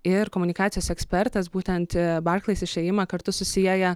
ir komunikacijos ekspertas būtent barklais išėjimą kartu susieja